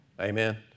Amen